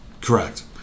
Correct